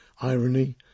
irony